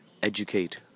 educate